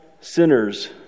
sinners